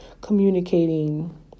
communicating